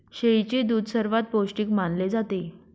शेळीचे दूध सर्वात पौष्टिक मानले जाते